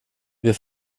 wir